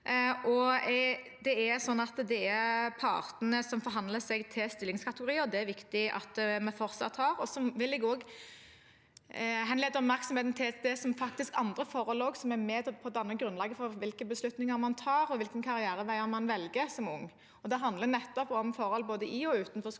Det er partene som forhandler seg til stillingskategorier, og det er det viktig at det fortsatt er. Jeg vil også henlede oppmerksomheten på andre forhold som faktisk er med på å danne grunnlaget for hvilke beslutninger man tar, og hvilken karrierevei man velger som ung. Det handler om forhold både i og utenfor skolen.